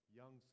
young